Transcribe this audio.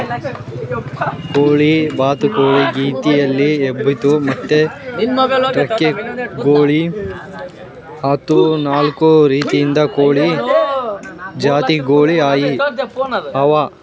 ಕೋಳಿ, ಬಾತುಕೋಳಿ, ಗಿನಿಯಿಲಿ, ಹೆಬ್ಬಾತು ಮತ್ತ್ ಟರ್ಕಿ ಗೋಳು ಅಂತಾ ನಾಲ್ಕು ರೀತಿದು ಕೋಳಿ ಜಾತಿಗೊಳ್ ಅವಾ